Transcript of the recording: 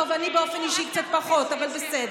טוב, אני באופן אישי קצת פחות, אבל בסדר.